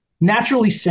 naturally